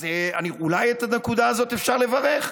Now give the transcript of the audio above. אז אולי על הנקודה הזאת אפשר לברך.